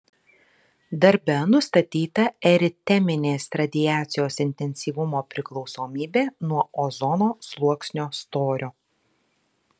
darbe nustatyta eriteminės radiacijos intensyvumo priklausomybė nuo ozono sluoksnio storio